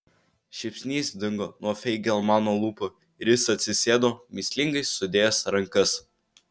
šypsnys dingo nuo feigelmano lūpų ir jis atsisėdo mįslingai sudėjęs rankas